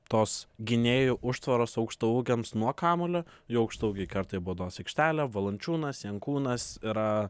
tos gynėjų užtvaros aukštaūgiams nuo kamuolio jų aukštaūgiai kerta į baudos aikštelę valančiūnas jankūnas yra